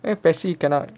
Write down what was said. then P_E_S_C cannot